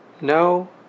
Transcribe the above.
No